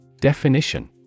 Definition